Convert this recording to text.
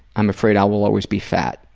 i'm afraid i will always be fat.